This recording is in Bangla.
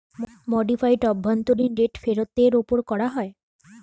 মডিফাইড অভ্যন্তরীন রেট ফেরতের ওপর করা হয়